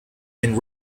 and